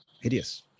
hideous